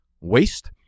waste